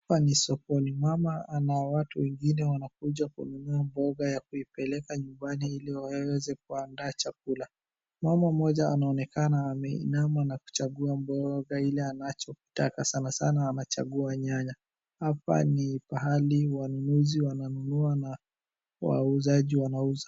Hapa ni sokoni. Mama na watu wengine wanakuja kununua mboga ya kuipeleka nyumbani ili waweze kuandaa chakula. Mama mmoja anaonekana ameinama na kuchagua mboga ile anachokitaka, sana sana anachagua nyanya. Hapa ni pahali wanunuzi wananunua na wauzaji wanauza.